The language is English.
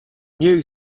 new